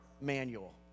manual